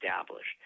established